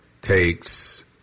takes